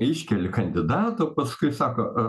iškeli kandidatą o paskui sako